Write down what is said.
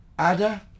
Ada